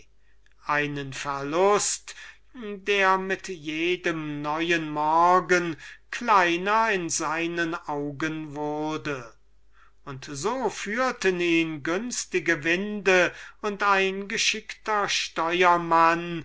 einen verlust der mit jedem neuen morgen kleiner in seinen augen wurde und so führten ihn günstige winde und ein geschickter steuermann